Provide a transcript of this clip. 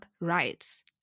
rights